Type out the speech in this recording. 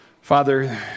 Father